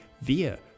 via